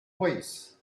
ways